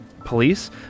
Police